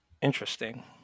Interesting